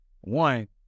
one